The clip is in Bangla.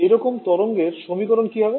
এইরকম তরঙ্গের সমীকরণ কি হবে